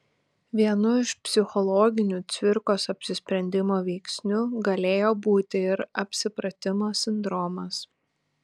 vienu iš psichologinių cvirkos apsisprendimo veiksnių galėjo būti ir apsipratimo sindromas